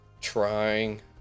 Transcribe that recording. Trying